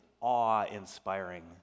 awe-inspiring